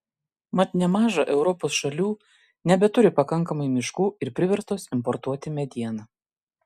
mat nemaža europos šalių nebeturi pakankamai miškų ir priverstos importuoti medieną